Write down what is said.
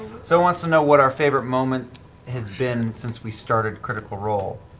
so wants to know what our favorite moment has been since we started critical role.